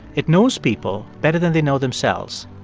it knows people better than they know themselves.